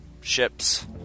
ships